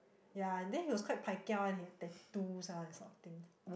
ya then he was quite pai kia one he had tattoos ah and sort of thing